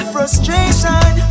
Frustration